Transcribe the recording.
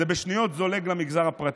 זה בשניות זולג למגזר הפרטי,